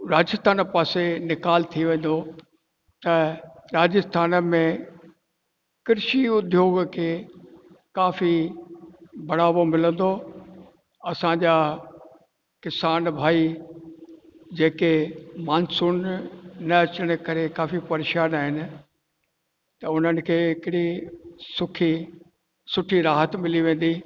राजस्थान पासे निकाल थी वेंदो त राजस्थान में कृषी उद्योग खे काफ़ी बड़ावो मिलंदो असांजा किसान भाई जेके मानसून न अचण करे काफ़ी परेशान आहिनि त हुननि खे हिकड़ी सुखी सुठी राहत मिली वेंदी